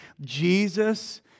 Jesus